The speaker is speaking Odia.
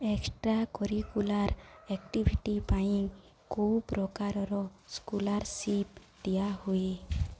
ଏକ୍ଷ୍ଟ୍ରା କରିକୁଲାର୍ ଏକ୍ଟିଭିଟି ପାଇଁ କେଉଁ ପ୍ରକାରର ସ୍କଲାର୍ଶିପ୍ ଦିଆ ହୁଏ